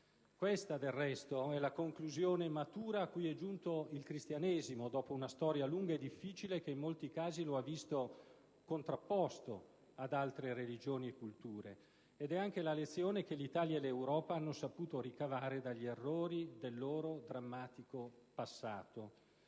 Questa del resto è la conclusione matura a cui è giunto il cristianesimo, dopo una storia lunga e difficile, che in molti casi lo ha visto contrapposto ad altre religioni e culture. Ed è anche la lezione che l'Italia e l'Europa hanno saputo ricavare dagli errori del loro drammatico passato.